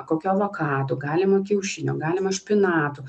kokio avokado galima kiaušinio galima špinatų